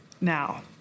now